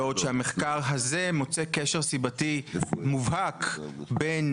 בעוד שהמחקר הזה מוצא קשר סיבתי מובהק בין